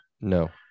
No